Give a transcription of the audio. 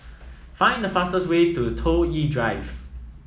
find the fastest way to Toh Yi Drive